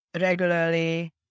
regularly